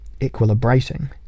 equilibrating